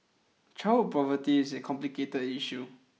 childhood poverty is a complicated issue